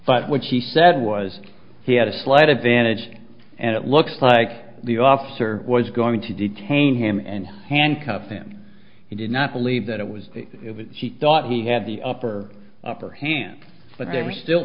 but what she said was he had a slight advantage and it looks like the officer was going to detain him and handcuff him he did not believe that it was it was she thought he had the upper upper hand but they were still